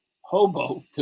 hobo